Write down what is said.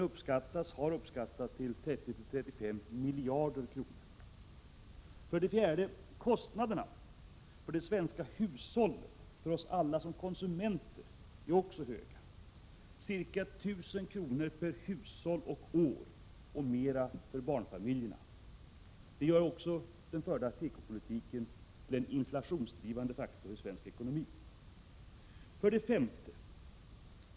De har uppskattats till 30-35 miljarder kronor. 4. Kostnaderna för de svenska hushållen, dvs. för oss alla som konsumenter, är också höga, ca 1000 kr. per hushåll och år — ännu mera för barnfamiljerna. Det gör också den förda tekopolitiken till en inflationsdrivande faktor i svensk ekonomi. 5.